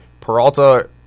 Peralta